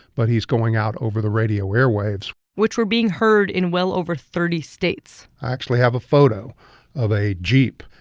but he's going out over the radio airwaves which were being heard in well over thirty states i actually have a photo of a jeep.